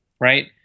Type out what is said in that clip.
right